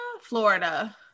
Florida